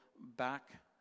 back